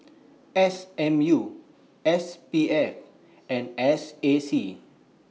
S M U S P F and S A C